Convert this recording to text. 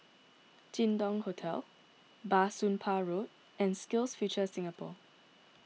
Jin Dong Hotel Bah Soon Pah Road and SkillsFuture Singapore